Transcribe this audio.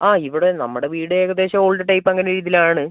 ആ ഇവിടെ നമ്മുടെ വീട് ഏകദേശം ഓൾഡ് ടൈപ്പ് അങ്ങനെ രീതിയിലാണ്